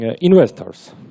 investors